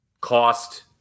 cost